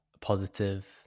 positive